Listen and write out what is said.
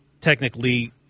technically